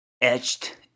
etched